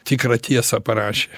tikrą tiesą parašė